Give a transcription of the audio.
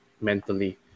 mentally